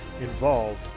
involved